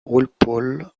walpole